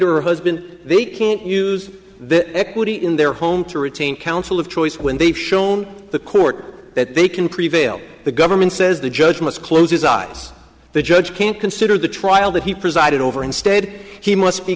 to her husband they can't use the equity in their home to retain counsel of choice when they've shown the court that they can prevail the government says the judge must close his eyes the judge can't consider the trial that he presided over instead he must be